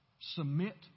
Submit